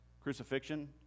crucifixion